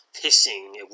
hissing